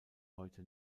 heute